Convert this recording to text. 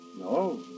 No